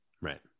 Right